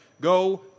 go